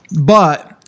But-